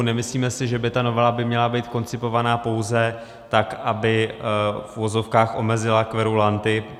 Nemyslíme si, že by ta novela měla být koncipována pouze tak, aby v uvozovkách omezila kverulanty.